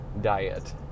diet